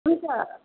हुन्छ